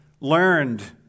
learned